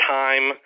time